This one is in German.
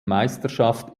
meisterschaft